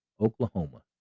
Oklahoma